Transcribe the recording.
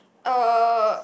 uh